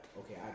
okay